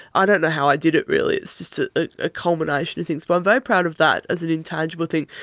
i don't know how i did it really, it's just a ah ah culmination of things, but i'm very proud of that as an intangible thing.